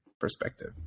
perspective